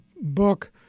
book